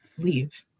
Leave